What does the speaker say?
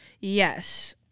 Yes